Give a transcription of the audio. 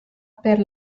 per